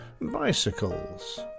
bicycles